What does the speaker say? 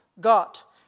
got